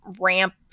ramp